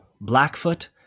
Blackfoot